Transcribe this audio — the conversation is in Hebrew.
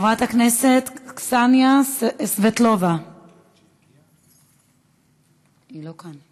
חברת הכנסת קסניה סבטלובה לא כאן,